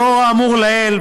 לאור האמור לעיל,